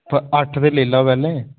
अट्ठ ते लेई लैओ पैह्लें